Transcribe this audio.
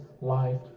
life